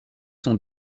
sont